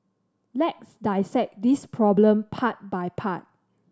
let's dissect this problem part by part